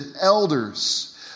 elders